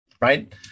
right